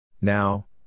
now